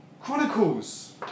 Chronicles